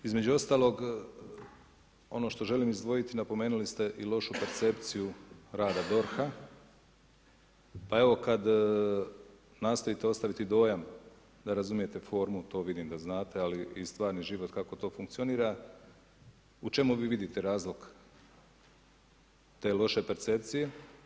Između ostalog, ono što želim izdvojiti, napomenuli ste i lošu percepciju rada DORH-a pa evo kad nastojite ostaviti dojam da razumijete formu, to vidim da znate, ali i stvarni život kako to funkcionira, u čemu vi vidite razlog te loše percepcije?